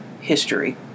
history